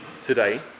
today